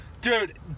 Dude